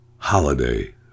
holiday